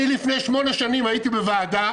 לפני שמונה שנים הייתי בוועדה,